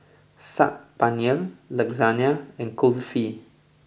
Saag Paneer Lasagna and Kulfi